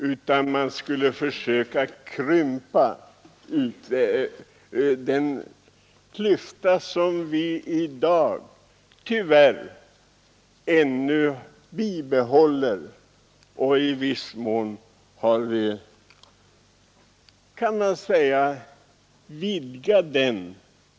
Man skulle i stället försöka krympa den klyfta som vi i dag tyvärr ännu har kvar på olika områden och som i viss mån har vidgats.